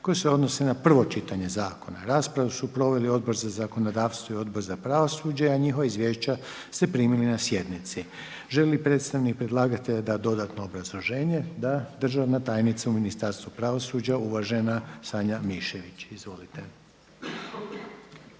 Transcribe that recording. koje se odnose na prvo čitanje zakona. Raspravu su proveli Odbor za zakonodavstvo i Odbor za pravosuđe, a njihova izvješća ste primili na sjednici. Želi li predstavnik predlagatelja dat dodatno obrazloženje? Da. Državna tajnica u Ministarstvu pravosuđa uvažen Sanja Mišević, izvolite.